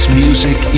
music